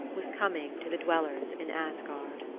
was coming to the dwellers in asgard.